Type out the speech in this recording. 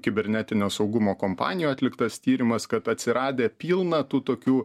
kibernetinio saugumo kompanijų atliktas tyrimas kad atsiradę pilna tų tokių